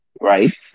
right